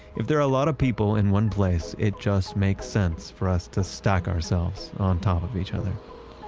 if there are a lot of people in one place, it just makes sense for us to stack ourselves on top of each other.